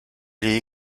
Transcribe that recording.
est